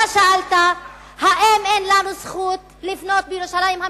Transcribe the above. אתה שאלת אם אין לנו זכות לבנות בירושלים המזרחית,